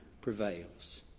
prevails